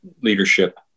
leadership